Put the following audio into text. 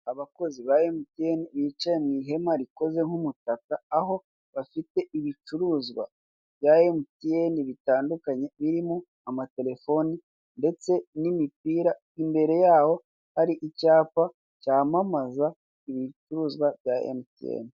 Abakozi ba emutiyeni bicaye mu ihema rikoze nk'umutaka, aho bafite ibicuruzwa bya emutiyeni bitandukanye birimo amaterefoni ndetse n'imipira, imbere yaho hari icyapa cyamamaza ibicuruzwa bya emutiyeni.